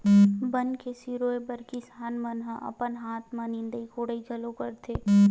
बन के सिरोय बर किसान मन ह अपन हाथ म निंदई कोड़ई घलो करथे